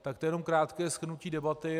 Tak to je jenom krátké shrnutí debaty.